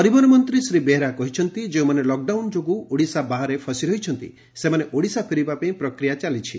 ପରିବହନ ମନ୍ତୀ ଶ୍ରୀ ବେହେରା କହିଛନ୍ତି ଯେଉଁମାନେ ଲକ୍ଡାଉନ୍ ଯୋଗୁଁ ଓଡ଼ିଶା ବାହାରେ ଫସି ରହିଛନ୍ତି ସେମାନେ ଓଡ଼ିଶା ଫେରିବାପାଇଁ ପ୍ରକ୍ରିୟା ଚାଲିଛି